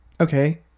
Okay